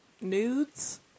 nudes